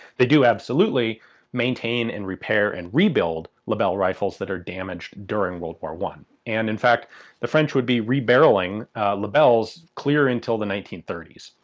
they do absolutely maintain and repair and rebuild lebel rifles that are damaged during world war one. and in fact the french would be re-barrelling lebels clear until the nineteen thirty s.